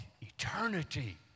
eternity